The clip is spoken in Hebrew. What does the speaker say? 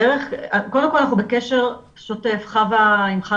קודם כל אנחנו בקשר שוטף עם חוה.